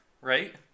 Right